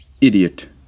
Idiot